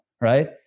right